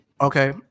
Okay